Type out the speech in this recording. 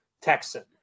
Texan